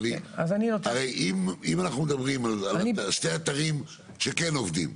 הרי אם אנחנו מדברים על שתי אתרים שכן עובדים.